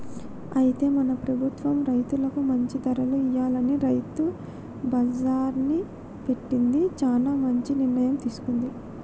అయితే మన ప్రభుత్వం రైతులకు మంచి ధరలు ఇయ్యాలని రైతు బజార్ని పెట్టింది చానా మంచి నిర్ణయం తీసుకుంది